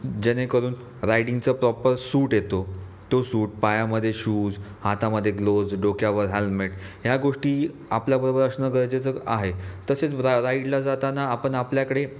जेणेकरून राइडिंगचा proper suit येतो तो सूट पायामध्ये शूज हातामध्ये ग्लोज डोक्यावर हॅलमेट ह्या गोष्टी आपल्याबरोबर असणं गरजेचं आहे तसेच रा राइडला जाताना आपण आपल्याकडे